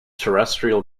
terrestrial